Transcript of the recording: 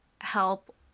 help